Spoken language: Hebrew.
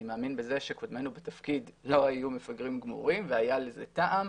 אני מאמין בזה שקודמינו בתפקיד לא היו מפגרים גמורים והיה לזה טעם.